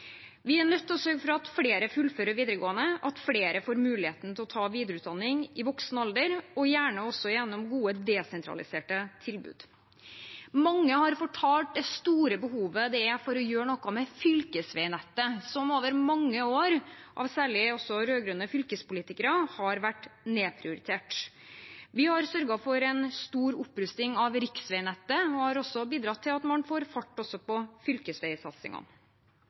Vi er nødt til å sørge for at flere fullfører videregående, at flere får muligheten til å ta videreutdanning i voksen alder, og gjerne også gjennom gode desentraliserte tilbud. Mange har fortalt om det store behovet det er for å gjøre noe med fylkesveinettet, som over mange år – særlig av også rød-grønne fylkespolitikere – har vært nedprioritert. Vi har sørget for en stor opprustning av riksveinettet og har bidratt til at man får fart også på fylkesveisatsingene.